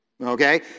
Okay